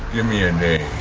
give me a day.